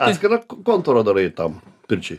atskirą kontūrą darai tam pirčiai